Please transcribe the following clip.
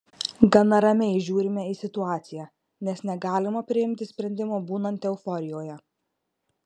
gana ramiai žiūrime į situaciją nes negalima priimti sprendimų būnant euforijoje